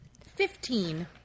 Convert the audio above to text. Fifteen